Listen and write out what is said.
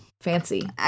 fancy